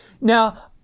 now